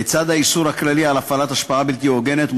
לצד האיסור הכללי על הפעלת השפעה בלתי הוגנת,